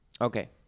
Okay